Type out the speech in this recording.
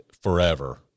forever